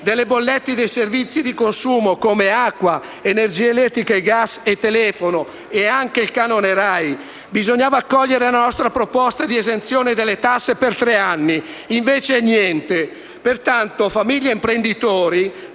delle bollette dei servizi a consumo come acqua, energia elettrica, gas, telefono e canone Rai. Bisognava accogliere la nostra proposta di esenzione delle tasse per tre anni, invece niente. Pertanto, famiglie e imprenditori,